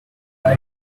good